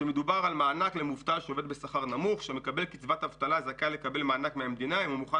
שמקבל קצבת אבטלה וזכאי לקבל מענק מהמדינה אם הוא מוכן